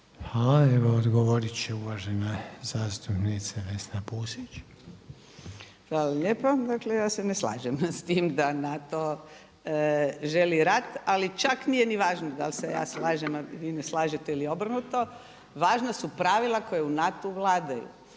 Hvala. Evo odgovorit će uvažena zastupnica Vesna Pusić. **Pusić, Vesna (HNS)** Hvala lijepo. Dakle ja se ne slažem s tim da NATO želi rat, ali čak nije ni važno dal se ja slažem ili vi ne slažete ili obrnuto, važna su pravila koja u NATO-u vladaju